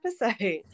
episode